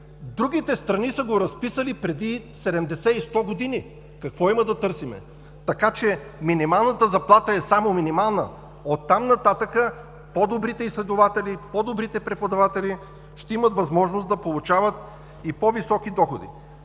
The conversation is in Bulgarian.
Другите страни са го разписали преди 70 и 100 години. Какво има да търсим? Така че минималната заплата е само минимална, от там нататък по-добрите изследователи, по-добрите преподаватели ще имат възможност да получават и по-високи доходи.